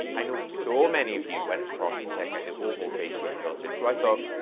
i know so many of you went across to check out the oval face shape filter, so i thought,